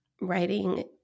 writing